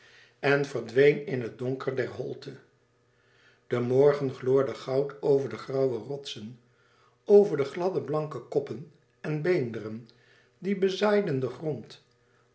en verdween in het donker der holte de morgen gloorde goud over de grauwe rotsen over de gladde blanke koppen en beenderen die bezaaiden den grond